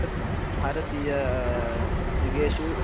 सत्यं भारतीय युगेषु